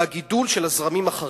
והגידול של הזרמים החרדיים.